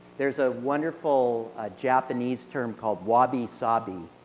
there's a wonderful japanese term called wabisabi.